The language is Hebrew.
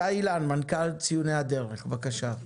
שי אילן, מנכ"ל ציוני דרך, בבקשה.